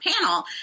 panel